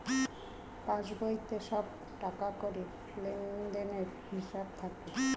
পাসবইতে সব টাকাকড়ির লেনদেনের হিসাব থাকে